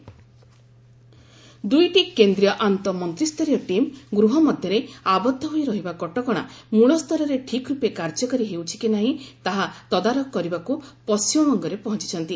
inter ministerial team ଦୁଇଟି କେନ୍ଦ୍ରୀୟ ଆନ୍ତଃ ମନ୍ତ୍ରୀୟ ଟିମ୍ ଗୃହମଧ୍ୟରେ ଆବଦ୍ଧ ହୋଇ ରହିବା କଟକଣା ମୂଳସ୍ତରରେ ଠିକ୍ ରୂପେ କାର୍ଯ୍ୟକାରୀ ହେଉଛି କି ନାହିଁ ତାହା ତଦାରଖ କରିବାକୁ ପଣ୍ଟିମବଙ୍ଗରେ ପହଞ୍ଚିଛନ୍ତି